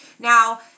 Now